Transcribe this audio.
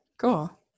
cool